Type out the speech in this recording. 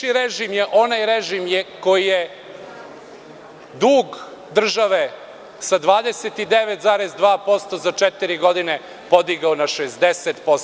Bivši režim je onaj režim koji je dug države sa 29,2% za četiri godine podigao na 60%